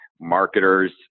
marketers